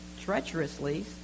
Treacherously